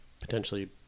potentially